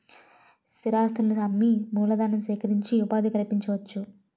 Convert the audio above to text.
స్థిరాస్తులను అమ్మి మూలధనం సేకరించి ఉపాధి కల్పించవచ్చు